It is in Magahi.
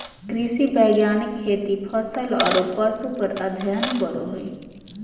कृषि वैज्ञानिक खेती, फसल आरो पशु पर अध्ययन करो हइ